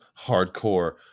hardcore